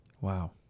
Wow